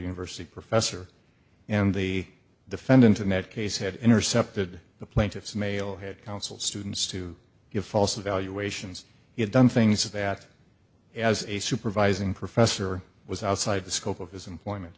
university professor and the defendant in that case had intercepted the plaintiff's male had counsel students to give false evaluations he had done things that as a supervising professor was outside the scope of his employment